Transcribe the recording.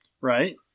Right